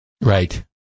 Right